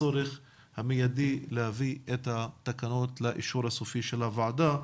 הצורך המיידי להביא את התקנות לאישור הסופי של הוועדה,